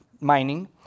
mining